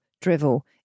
drivel